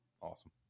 awesome